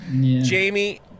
jamie